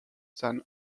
than